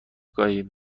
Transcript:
گاهی